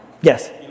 Yes